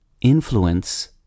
influence